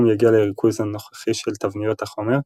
יגיע לריכוז הנוכחי של תבניות החומר,